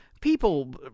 People